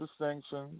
distinctions